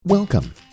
Welcome